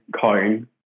coin